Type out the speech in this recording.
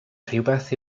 rhywbeth